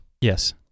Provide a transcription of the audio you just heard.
Yes